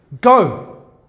go